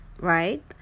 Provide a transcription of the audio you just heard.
right